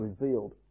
revealed